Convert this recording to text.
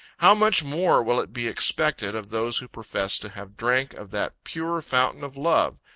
how much more will it be expected of those who profess to have drank of that pure fountain of love,